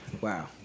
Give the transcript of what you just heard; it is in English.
Wow